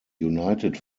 united